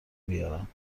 بیارم